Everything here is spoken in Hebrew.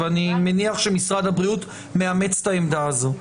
אני מניח שמשרד הבריאות מאמץ את העמדה הזאת.